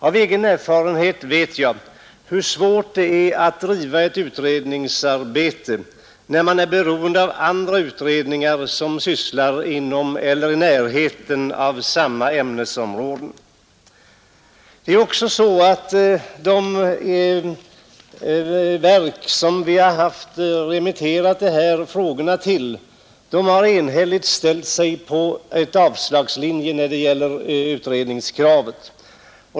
Av egen erfarenhet vet jag hur svårt det är att driva ett utredningsarbete när man är beroende av andra utredningar som sysslar med frågor inom eller i närheten av samma ämnesområde. De verk som motionen remitterades till har enhälligt avstyrkt kravet på utredning.